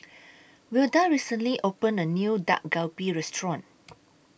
Wilda recently opened A New Dak Galbi Restaurant